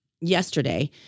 yesterday